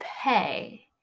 pay